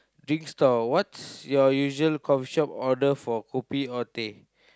drink stall what's your usual coffee shop order for kopi or teh